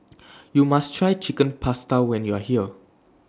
YOU must Try Chicken Pasta when YOU Are here